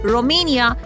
Romania